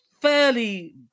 fairly